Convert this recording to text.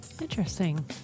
interesting